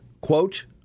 quote